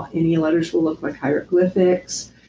any letters will look like hieroglyphics.